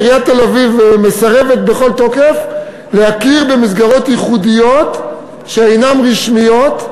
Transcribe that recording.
עיריית תל-אביב מסרבת בכל תוקף להכיר במסגרות ייחודיות שאינן רשמיות,